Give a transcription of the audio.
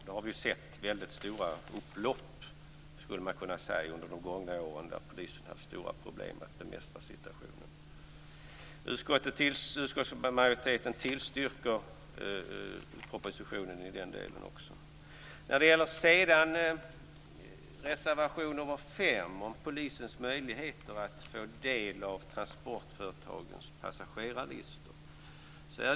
Vi har sett väldigt stora upplopp under de gångna åren där polisen har haft väldigt svårt att bemästra situationen. Utskottsmajoriteten tillstyrker också i den delen propositionen. Reservation nr 5 gäller polisens möjlighet att få del av transportföretagens passagerarlistor.